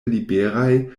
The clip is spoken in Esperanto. liberaj